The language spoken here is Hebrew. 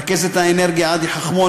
רכזת אנרגיה עדי חכמון,